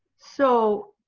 so,